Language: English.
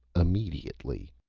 immediately!